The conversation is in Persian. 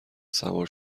سوار